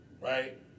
right